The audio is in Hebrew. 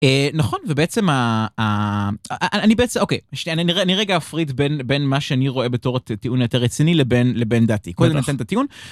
נכון ובעצם אני בעצם אוקיי שניה אני רגע אפריד בין בין מה שאני רואה בתור הטיעון היותר רציני לבין לבין דעתי קודם ניתן את הטיעון.